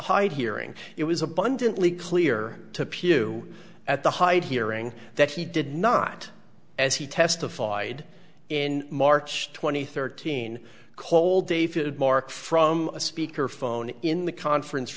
height hearing it was abundantly clear to pugh at the height hearing that he did not as he testified in march twenty third teen cold david mark from a speakerphone in the conference